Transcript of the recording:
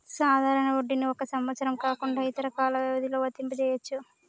సాధారణ వడ్డీని ఒక సంవత్సరం కాకుండా ఇతర కాల వ్యవధిలో వర్తింపజెయ్యొచ్చు